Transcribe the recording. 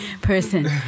person